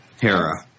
Hera